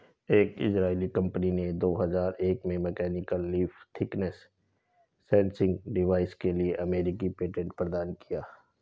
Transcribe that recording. एक इजरायली कंपनी ने दो हजार एक में mechanical leaf thickness sensing device के लिए अमेरिकी पेटेंट प्रदान किया